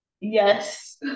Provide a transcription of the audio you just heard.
Yes